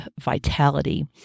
vitality